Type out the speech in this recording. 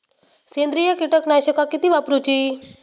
सेंद्रिय कीटकनाशका किती वापरूची?